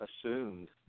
assumed